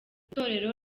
itorero